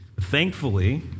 Thankfully